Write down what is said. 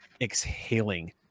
exhaling